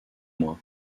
moi